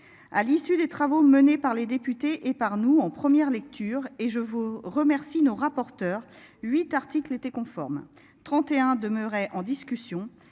À l'issue des travaux menés par les députés et par nous en première lecture et je vous remercie nos rapporteurs 8 articles étaient conformes. 31 demeurait en discussion